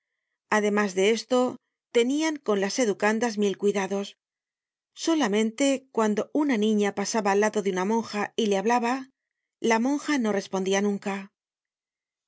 además de esto tenian con las educandas mil cuidados solamente cuando una niña pasaba al lado de una monja y le hablaba la monja no respondia nunca